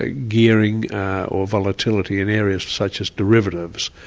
ah gearing or volatility in areas such as derivatives.